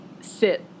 sit